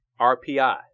RPI